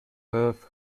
perth